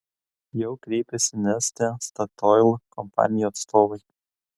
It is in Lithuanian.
jau kreipėsi neste statoil kompanijų atstovai